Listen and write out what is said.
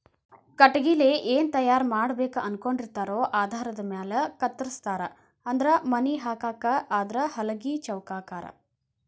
ಕಟಗಿಲೆ ಏನ ತಯಾರ ಮಾಡಬೇಕ ಅನಕೊಂಡಿರತಾರೊ ಆಧಾರದ ಮ್ಯಾಲ ಕತ್ತರಸ್ತಾರ ಅಂದ್ರ ಮನಿ ಹಾಕಾಕ ಆದ್ರ ಹಲಗಿ ಚೌಕಾಕಾರಾ